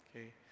okay